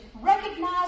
recognize